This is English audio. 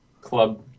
Club